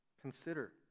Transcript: Consider